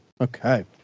okay